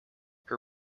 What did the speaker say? her